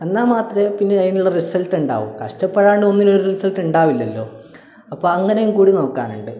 എന്നാൽ മാത്രമേ പിന്നെ അതിനുള്ള റിസൽട്ട് ഉണ്ടാകൂ കഷ്ടപ്പെടാണ്ട് ഒന്നിനും ഒരു റിസൽട്ട് ഉണ്ടാവില്ലല്ലോ അപ്പം അങ്ങനെയും കൂടി നോക്കാനുണ്ട്